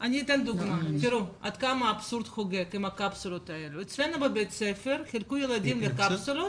אני מבקש לחדד את השאלה לגבי פיצוי למעונות הפרטיים.